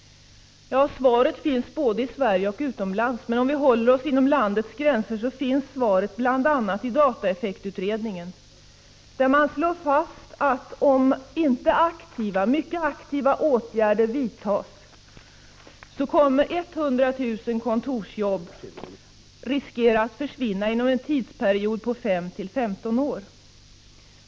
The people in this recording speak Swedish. Ja, svaret finns både i Sverige och utomlands. Men om vi bara håller oss inom landets gränser finns svaret bl.a. i dataeffektutredningen. Där slås fast att om inte mycket aktiva åtgärder vidtas, finns risken att 100 000 kontorsjobb försvinner inom en tidsperiod av 5-15 år.